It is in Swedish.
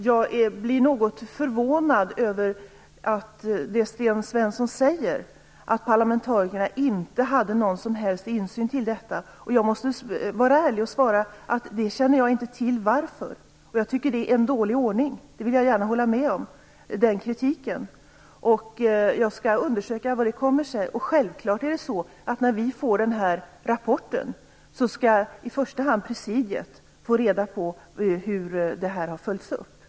Jag blir något förvånad över det Sten Svensson säger, att parlamentarikerna inte hade någon som helst insyn i detta. Jag måste vara ärlig och svara att jag inte känner till varför, och jag tycker att det är en dålig ordning. Jag kan gärna hålla med om den kritiken. Jag skall undersöka hur det kommer sig. Självklart skall när vi får den här rapporten i första hand presidiet få reda på hur detta har följts upp.